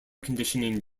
conditioning